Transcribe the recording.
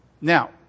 Now